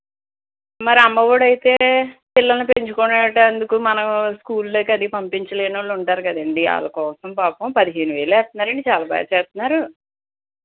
మరి అమ్మఒడి అయితే పిల్లలని పెంచుకునేటందుకు మనము స్కూల్లోకి పంపించలేని వాళ్ళు ఉంటారు కదండీ వాళ్ళ కోసం పదిహేను వేలు వేస్తున్నారండి చాలా బాగా చేస్తున్నారు